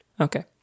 Okay